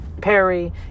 Perry